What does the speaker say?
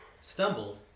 stumbled